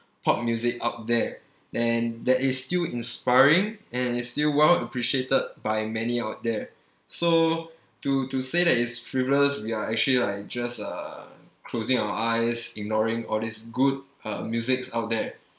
pop music out there and that is still inspiring and is still well appreciated by many out there so to to say that it's frivolous we are actually like just uh closing our eyes ignoring all these good uh musics out there